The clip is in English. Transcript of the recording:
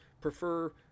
prefer